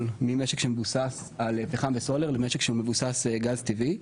ממשק שמבוסס על פחם וסולר למשק שמבוסס גז טבעי,